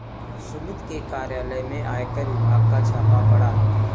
सुमित के कार्यालय में आयकर विभाग का छापा पड़ा